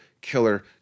killer